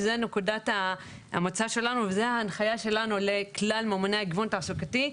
וזו נקודת המוצא שלנו וזו ההנחיה שלנו לכלל ממוני הגיוון התעסוקתי.